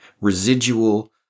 residual